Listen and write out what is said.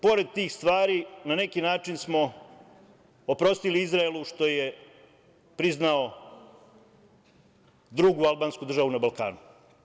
Pored tih stvari, na neki način smo oprostili Izraelu što je priznao drugu albansku državu na Balkanu.